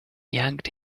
yanked